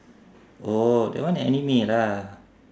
oh that one anime lah